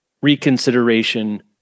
reconsideration